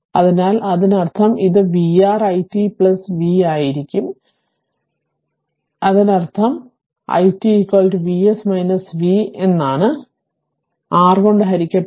അതിനാൽ അതിനർത്ഥം ഇത് V R i t v ആയിരിക്കും 0 വലത്തിന് തുല്യമാണ് അതിനർത്ഥം എന്റെ i t V s v എന്നത് R കൊണ്ട് ഹരിക്കപ്പെടും